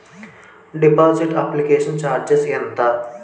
Deposit application charges ఎంత?